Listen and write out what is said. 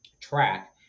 track